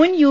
മുൻ യു